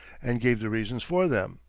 and gave the reasons for them.